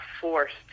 forced